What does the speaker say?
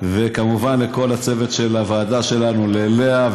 וכמובן לכל הצוות של הוועדה שלנו: ללאה,